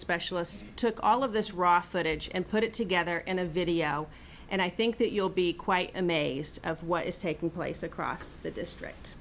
specialist took all of this raw footage and put it together in a video and i think that you'll be quite amazed of what is taking place across the district